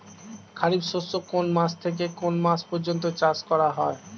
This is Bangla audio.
খারিফ শস্য কোন মাস থেকে কোন মাস পর্যন্ত চাষ করা হয়?